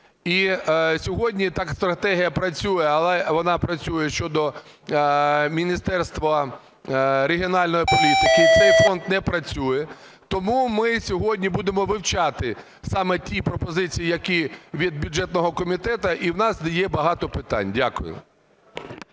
І сьогодні так, стратегія працює, але вона працює щодо Міністерства регіональної політики, цей фонд не працює. Тому ми сьогодні будемо вивчати саме ті пропозиції, які від бюджетного комітету, і в нас є багато питань. Дякую.